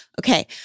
Okay